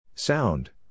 Sound